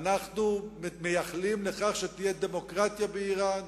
אנחנו מייחלים לכך שתהיה דמוקרטיה באירן,